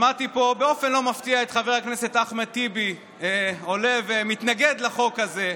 שמעתי פה באופן לא מפתיע את חבר הכנסת אחמד טיבי עולה ומתנגד לחוק הזה.